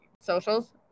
socials